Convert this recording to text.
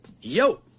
yo